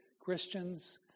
Christians